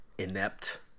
inept